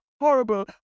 horrible